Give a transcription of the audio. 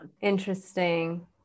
Interesting